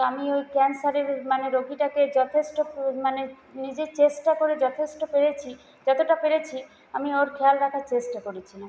তো আমি ওই মানে ক্যান্সারের রোগীটাকে যথেষ্ট মানে নিজে চেষ্টা করে যথেষ্ট করেছি যতটা পেরেছি আমি ওর খেয়াল রাখার চেষ্টা করেছিলাম